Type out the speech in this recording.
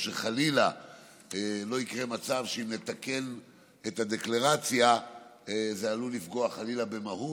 שחלילה לא יקרה מצב שאם נתקן את הדקלרציה זה עלול לפגוע במהות,